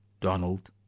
Donald